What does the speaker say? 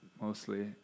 mostly